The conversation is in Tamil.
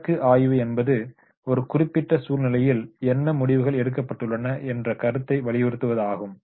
வழக்கு ஆய்வு என்பது ஒரு குறிப்பிட்ட சூழ்நிலையில் என்ன முடிவுகள் எடுக்கப்பட்டுள்ளன என்ற கருத்தை வலியுறுத்துவது ஆகும்